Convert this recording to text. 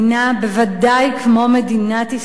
בוודאי כמו מדינת ישראל,